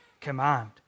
command